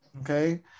Okay